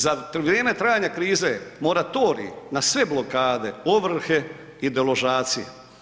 Za vrijeme trajanja krize moratorij na sve blokade, ovrhe i deložacije.